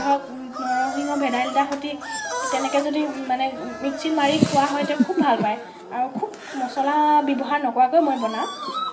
ধৰক নৰসিংহ ভেদাইলতা সৈতে তেনেকে যদি মানে মিক্সিত মাৰি খোৱা হয় যদি খুব ভাল পায় আৰু খুব মছলা ব্যৱহাৰ নকৰাকৈ মই বনাওঁ